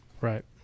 Right